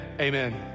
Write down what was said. amen